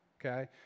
Okay